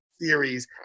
series